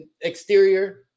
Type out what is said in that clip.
exterior